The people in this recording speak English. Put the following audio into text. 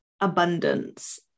abundance